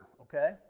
okay